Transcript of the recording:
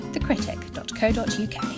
thecritic.co.uk